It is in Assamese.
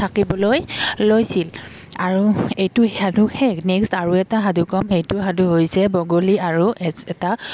থাকিবলৈ লৈছিল আৰু এইটো সাধু শেষ নেক্সট আৰু এটা সাধু ক'ম সেইটো সাধু হৈছে বগলী আৰু এ এটা